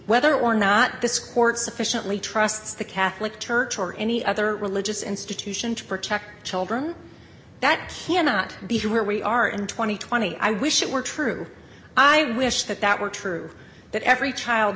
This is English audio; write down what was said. whether or not this court sufficiently trusts the catholic church or any other religious institution to protect children that cannot be where we are in two thousand and twenty i wish it were true i wish that that were true that every child